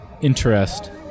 interest